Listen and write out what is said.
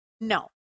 no